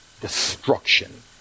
destruction